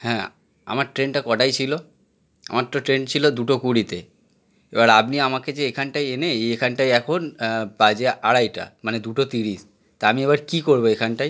হ্যাঁ আমার ট্রেনটা কটায় ছিল আমার তো ট্রেন ছিল দুটো কুড়িতে এবার আপনি আমাকে যে এখানটায় এনে এই এখানটায় এখন বাজে আড়াইটা মানে দুটো ত্রিশ তা আমি এবার কী করব এখানটায়